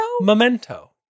Memento